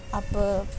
اب